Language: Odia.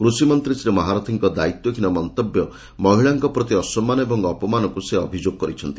କୃଷିମନ୍ତୀ ଶ୍ରୀ ମହାରଥୀଙ୍କ ଦାୟିତ୍ୱହୀନ ମନ୍ତବ୍ୟ ମହିଳାଙ୍କ ପ୍ରତି ଅସମ୍ମାନ ଏବଂ ଅପମାନକୁ ସେ ଅଭିଯୋଗ କରିଛନ୍ତି